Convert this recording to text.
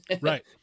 Right